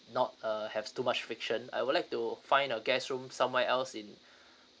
not uh have too much friction I would like to find a guest room somewhere else in